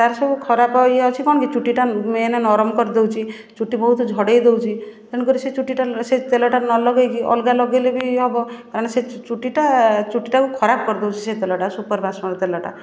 ତା'ର ସବୁ ଖରାପ ଇଏ ଅଛି କ'ଣ କି ଚୁଟିଟା ମେନ ନରମ କରି ଦେଉଛି ଚୁଟି ବହୁତ ଝଡ଼େଇ ଦେଉଛି ତେଣୁ କରି ସେ ଚୁଟିଟା ସେ ତେଲଟା ନ ଲଗେଇକି ଅଲଗା ଲଗେଇଲେ ବି ହେବ କାରଣ ସେ ଚୁଟିଟା ଚୁଟିଟାକୁ ଖରାପ କରି ଦେଉଛି ସେ ତେଲଟା ସୁପର୍ ଭାସମଲ୍ ତେଲଟା